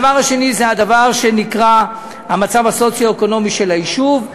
הדבר השני נקרא המצב הסוציו-אקונומי של היישוב,